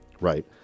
right